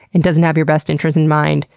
and doesn't have your best interest in mind,